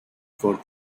for